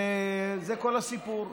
וזה כל הסיפור.